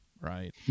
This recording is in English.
right